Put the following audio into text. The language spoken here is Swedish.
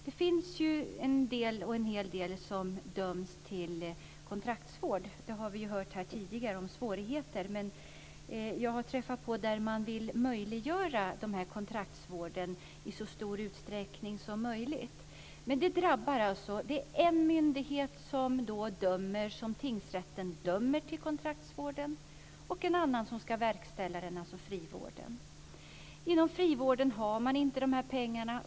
Det finns en hel del som dömts till kontraktsvård. Vi har hört här tidigare om svårigheterna med detta. Jag har träffat på fall där man vill möjliggöra kontraktsvården i så stor utsträckning som möjligt. Det drabbar människor att det är en myndighet, tingsrätten, som dömer till kontraktsvården och en annan som ska verkställa den - frivården. Inom frivården har man inte de här pengarna.